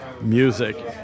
music